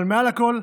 אבל מעל הכול,